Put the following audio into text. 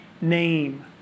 name